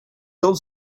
told